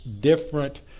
different